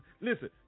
listen